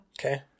Okay